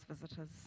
visitors